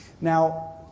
now